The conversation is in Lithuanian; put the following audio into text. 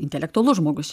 intelektualus žmogus